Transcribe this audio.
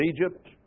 Egypt